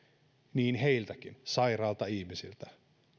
sairailta ihmisiltä